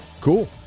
Cool